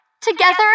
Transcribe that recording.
Together